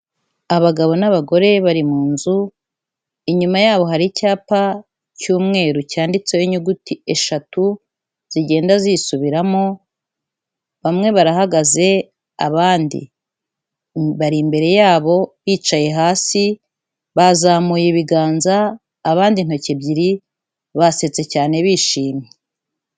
Abagabo n'abagore bari mu nzu, inyuma yabo hari icyapa cy'umweru cyanditseho inyuguti eshatu zigenda zisubiramo, bamwe barahagaze, abandi bari imbere yabo bicaye hasi bazamuye ibiganza abandi intoki ebyiri basetse cyane bishimye.